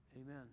Amen